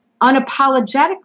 Unapologetically